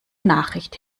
nachricht